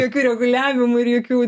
jokių reguliavimų ir jokių